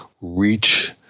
reach